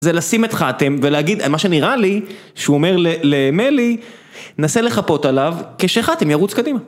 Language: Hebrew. זה לשים את חתם, ולהגיד, מה שנראה לי, שהוא אומר למלי, נסה לחפות עליו, כשחתם ירוץ קדימה.